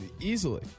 Easily